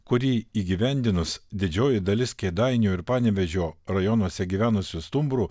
kurį įgyvendinus didžioji dalis kėdainių ir panevėžio rajonuose gyvenusių stumbrų